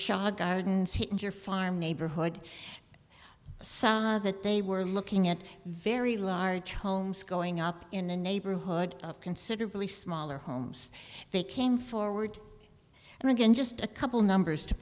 shah gardens here and your farm neighborhood so that they were looking at very large homes going up in the neighborhood of considerably smaller homes they came forward and again just a couple numbers to